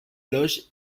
loge